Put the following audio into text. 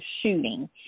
shooting